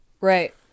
Right